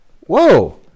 Whoa